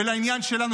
לעניין שלנו,